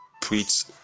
preach